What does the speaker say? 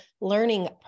learning